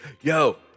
Yo